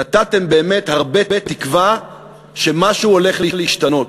נתתם הרבה תקווה שמשהו הולך להשתנות.